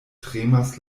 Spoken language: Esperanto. tremas